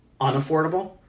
unaffordable